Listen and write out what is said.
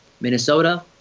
minnesota